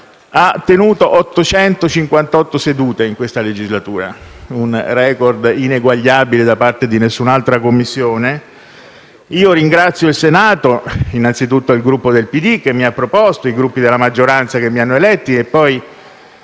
ha tenuto 858 sedute in questa legislatura: un *record* ineguagliabile da parte di qualunque altra Commissione. Ringrazio il Senato, innanzitutto il Gruppo del PD che mi ha proposto, i Gruppi della maggioranza che mi hanno eletto, e poi